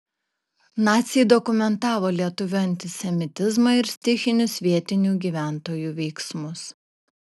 naciai dokumentavo lietuvių antisemitizmą ir stichinius vietinių gyventojų veiksmus